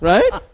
Right